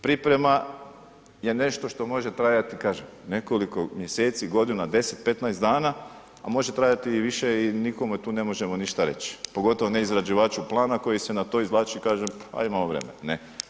Priprema je nešto što može trajati, kažem, nekoliko mjeseci, godina, 10, 15 dana, a može trajati i više i nikome tu ne možemo ništa reć, pogotovo ne izrađivaču plana koji se na to izvlači i kaže, a imamo vremena, ne.